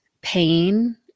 pain